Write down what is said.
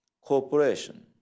cooperation